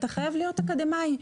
אתה חייב להיות אקדמאי.